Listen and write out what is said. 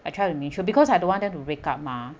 I try to neutral because I don't want them to breakup mah